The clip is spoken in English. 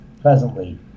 presently